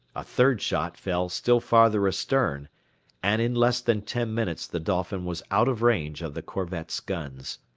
a third shot fell still farther astern, and in less than ten minutes the dolphin was out of range of the corvette's guns.